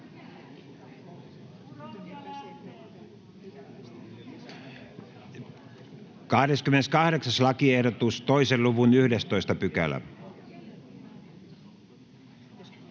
28. lakiehdotus, 2 luvun 11 §.